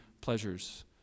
pleasures